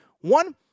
One